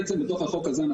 בעצם מתוך החוק הזה,